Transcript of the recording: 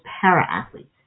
para-athletes